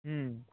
হুম